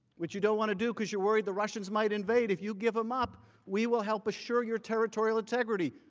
which you don't want to do because you're worried the russians might invade. if you give them up we will help assure your territorial integrity.